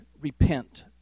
repent